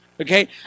okay